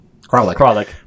Kralik